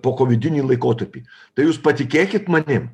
pokovidinį laikotarpį tai jūs patikėkit manim